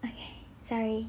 okay sorry